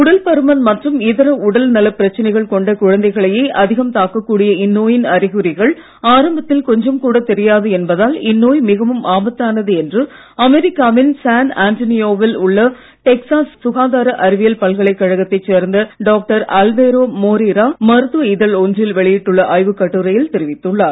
உடல் பருமன் மற்றும் இதர உடல் நலப் பிரச்சனைகள் கொண்ட குழந்தைகளையே அதிகம் தாக்கக் கூடிய இந்நோயின் அறிகுறிகள் ஆரம்பத்தில் கொஞ்சம் கூடத் தெரியாது என்பதால் இந்நோய் மிகவும் ஆபத்தானது என்று அமெரிக்காவின் சான் அண்டோனியோவில் உள்ள டெக்ஸாஸ் சுகாதார அறிவியல் பல்கலைக்கழகத்தைச் சேர்ந்த டாக்டர் அல்வேரோ மோரீரா மருத்துவ இதழ் ஒன்றில் வெளியிட்டுள்ள கட்டுரையில் தெரிவித்துள்ளார்